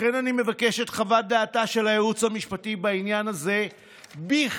לכן אני מבקש את חוות דעתה של היועצת המשפטית בעניין הזה בכתב.